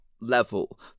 Level